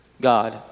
God